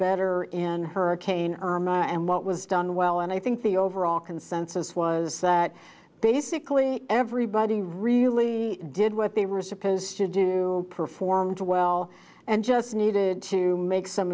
better in hurricane irma and what was done well and i think the overall consensus was that basically everybody really did what they were supposed to do performed well and just needed to make some